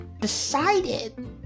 decided